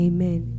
Amen